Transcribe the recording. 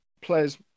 players